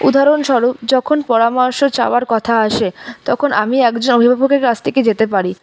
উদাহরণস্বরূপ যখন পরামর্শ চাওয়ার কথা আসে তখন আমি একজন অভিভাবকের কাছ থেকে যেতে পারি